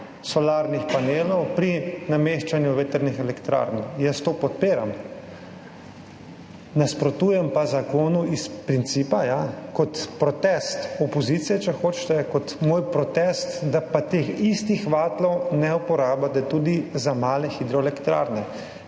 solarnih panelov, pri nameščanju vetrnih elektrarn. Jaz to podpiram. Nasprotujem pa zakonu iz principa, ja, kot protest opozicije, če hočete, kot moj protest, da pa teh istih vatlov ne uporabljate tudi za male hidroelektrarne,